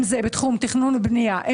אם זה בתחום תכנון ובנייה,